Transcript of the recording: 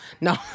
No